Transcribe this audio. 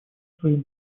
своем